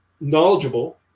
knowledgeable